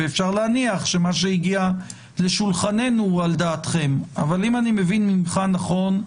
ואפשר להניח שמה שהגיע לשולחננו הוא על דעתכם אבל אם אני מבין ממך נכון,